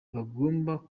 bagomba